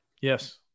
Yes